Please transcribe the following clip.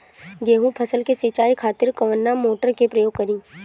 गेहूं फसल के सिंचाई खातिर कवना मोटर के प्रयोग करी?